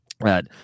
right